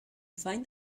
find